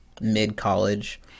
mid-college